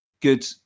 good